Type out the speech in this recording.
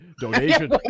Donation